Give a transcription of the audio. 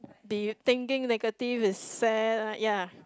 be thinking negative is sad lah ya